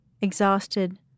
Exhausted